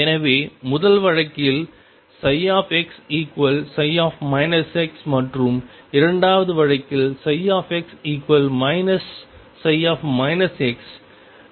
எனவே முதல் வழக்கில் xψ மற்றும் இரண்டாவது வழக்கில்x ψ